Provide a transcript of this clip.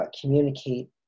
communicate